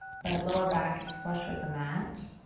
but lower back is flush with the mat.